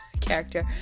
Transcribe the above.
character